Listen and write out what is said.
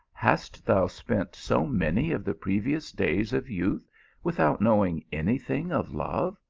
hast thou spent so many of the precious days of youth without knowing any thing of love!